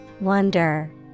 Wonder